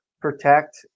protect